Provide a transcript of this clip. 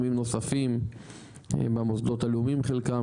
גורמים נוספים במוסדות הלאומיים חלקם,